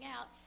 out